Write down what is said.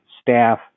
staff